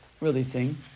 releasing